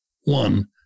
one